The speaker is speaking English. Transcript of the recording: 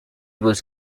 was